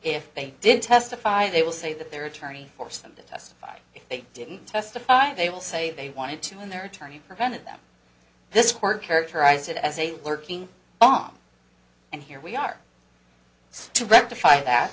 if they did testify they will say that their attorney force them to testify if they didn't testify they will say they wanted to in their attorney prevented them this court characterize it as a lurking off and here we are so to rectify that